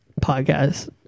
podcast